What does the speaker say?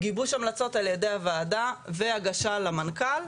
גיבוש המלצות על ידי הוועדה, והגשה למנכ"ל.